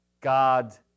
God